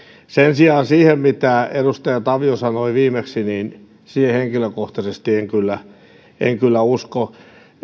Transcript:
sen sijaan siihen mitä edustaja tavio sanoi viimeksi henkilökohtaisesti en kyllä en kyllä usko